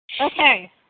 Okay